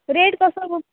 rate कसो